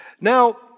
Now